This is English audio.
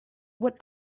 what